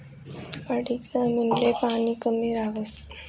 पडीक जमीन ले पाणी कमी रहास म्हणीसन पीक निवड शेती नी पद्धत वापरतस